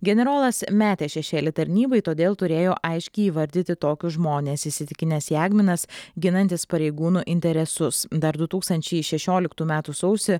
generolas metė šešėlį tarnybai todėl turėjo aiškiai įvardyti tokius žmones įsitikinęs jagminas ginantis pareigūnų interesus dar du tūkstančiai šešioliktų metų sausį